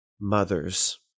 mothers